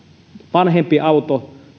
vanhempi auto